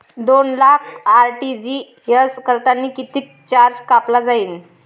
दोन लाख आर.टी.जी.एस करतांनी कितीक चार्ज कापला जाईन?